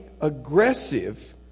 aggressive